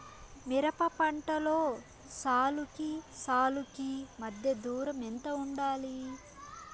మిరప పంటలో సాలుకి సాలుకీ మధ్య దూరం ఎంత వుండాలి?